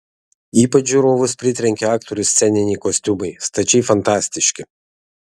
ypač žiūrovus pritrenkė aktorių sceniniai kostiumai stačiai fantastiški